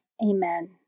Amen